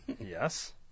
Yes